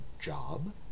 job